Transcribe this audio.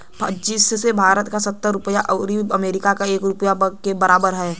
जइसे भारत क सत्तर रुपिया आउर अमरीका के एक रुपिया के बराबर हौ